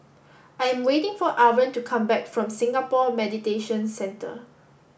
I am waiting for Irven to come back from Singapore Mediation Centre